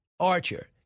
Archer